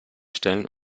stellen